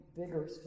bigger